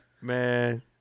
Man